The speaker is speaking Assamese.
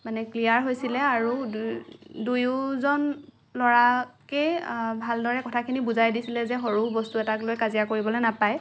মানে ক্লিয়াৰ হৈছিলে আৰু দুয়ো দুয়োজন ল'ৰাকেই ভালদৰে কথাখিনি বুজাই দিছিলে যে সৰু বস্তু এটাক লৈ কাজিয়া কৰিবলৈ নাপায়